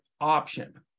option